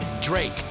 Drake